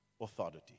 authority